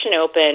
open